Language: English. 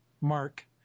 Mark